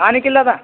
हा निखिलदादा